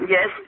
Yes